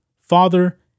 father